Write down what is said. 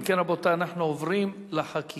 אם כן, רבותי, אנחנו עוברים לחקיקה,